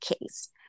case